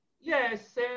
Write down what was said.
Yes